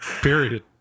period